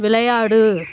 விளையாடு